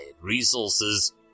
resources